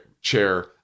Chair